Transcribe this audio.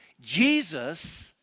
Jesus